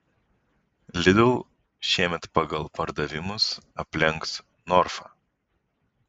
lidl šiemet pagal pardavimus aplenks norfą